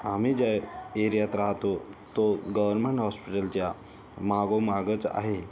आम्ही ज्या एरियात राहतो तो गवरमन हॉस्पिटलच्या मागोमागंच आहे